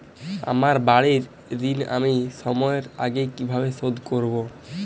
আমার বাড়ীর ঋণ আমি সময়ের আগেই কিভাবে শোধ করবো?